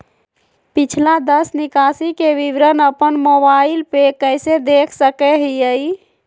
पिछला दस निकासी के विवरण अपन मोबाईल पे कैसे देख सके हियई?